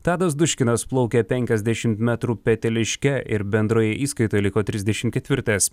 tadas duškinas plaukė penkiasdešim metrų peteliške ir bendroje įskaitoje liko trisdešim ketvirtas